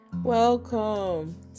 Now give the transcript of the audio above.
Welcome